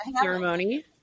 ceremony